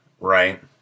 right